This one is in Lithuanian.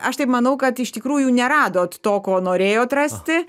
aš taip manau kad iš tikrųjų neradot to ko norėjot rasti